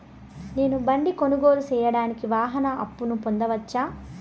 నేను బండి కొనుగోలు సేయడానికి వాహన అప్పును పొందవచ్చా?